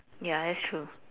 ya that's true